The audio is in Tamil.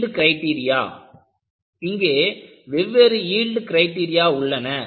யீல்டு கிரைடீரியா இங்கே வெவ்வேறு யீல்டு கிரைடீரியா உள்ளன